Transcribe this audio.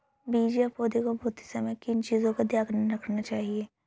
बीज या पौधे को बोते समय किन चीज़ों का ध्यान रखना चाहिए?